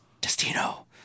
destino